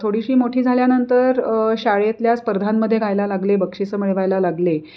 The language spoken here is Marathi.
थोडीशी मोठी झाल्यानंतर शाळेतल्या स्पर्धांमध्ये घायला लागले बक्षीसं मिळवायला लागले